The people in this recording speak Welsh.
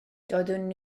doeddwn